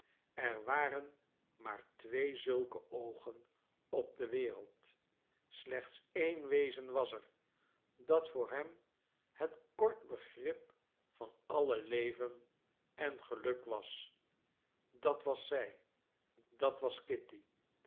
er waren maar twee zulke oogen op de wereld slechts één wezen was er dat voor hem het kort begrip van alle leven en geluk was dat was zij dat was kitty